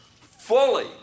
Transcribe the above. fully